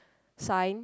sign